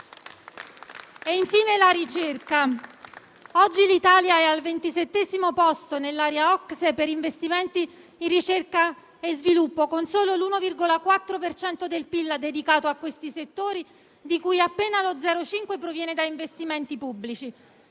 Infine, la ricerca. Oggi l'Italia è al ventisettesimo posto nell'area OCSE per investimenti in ricerca e sviluppo, con solo l'1,4 per cento del PIL dedicato a questi settori, di cui appena lo 0,5 per cento proviene da investimenti pubblici.